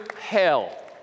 hell